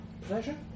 pleasure